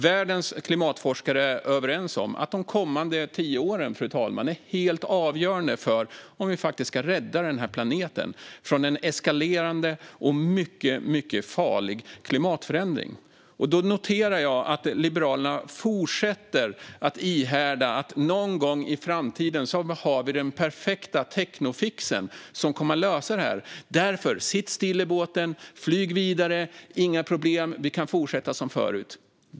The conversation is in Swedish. Världens klimatforskare är överens om att de kommande tio åren, fru talman, är helt avgörande för om vi faktiskt ska rädda den här planeten från en eskalerande och mycket, mycket farlig klimatförändring. Då noterar jag att Liberalerna ihärdigt fortsätter att hävda att vi någon gång i framtiden har den perfekta teknofixen som kommer att lösa det här. Därför säger man: "Sitt still i båten! Flyg vidare, det är inga problem, utan vi kan fortsätta som förut!"